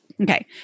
Okay